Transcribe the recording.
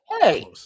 Hey